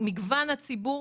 למגוון הציבור,